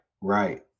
right